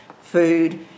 food